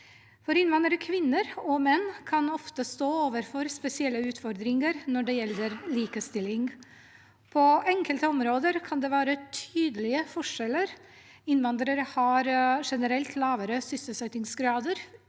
for innvandrerkvinner og -menn kan ofte stå overfor spesielle utfordringer når det gjelder likestilling. På enkelte områder kan det være tydelige forskjeller. Innvandrere har generelt lavere sysselsettingsgrad.